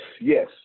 yes